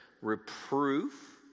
Reproof